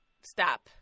stop